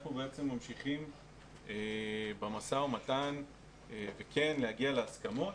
אנחנו ממשיכים במשא ומתן כדי כן להגיע להסכמות